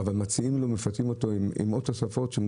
מציעים לו ומפתים אותו עם תוספות,